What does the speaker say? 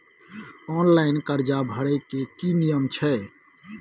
Online कर्जा भरै के की नियम छै?